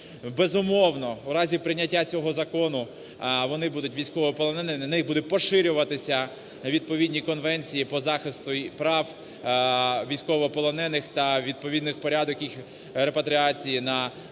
Безумовно, в разі прийняття цього закону вони будуть військовополоненими, на них будуть поширюватися відповідні конвенції по захисту прав військовополонених та відповідний порядок їх репатріації на наші